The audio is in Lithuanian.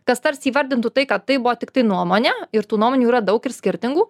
kas tarsi įvardintų tai kad tai buvo tiktai nuomonė ir tų nuomonių yra daug ir skirtingų